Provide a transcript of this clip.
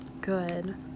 good